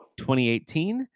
2018